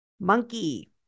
Monkey